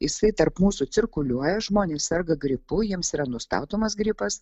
jisai tarp mūsų cirkuliuoja žmonės serga gripu jiems yra nustatomas gripas